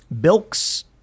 Bilks